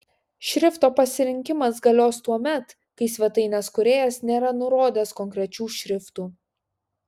šrifto pasirinkimas galios tuomet kai svetainės kūrėjas nėra nurodęs konkrečių šriftų